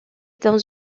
dans